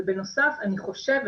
ובנוסף אני חושבת,